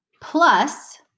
plus